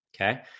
Okay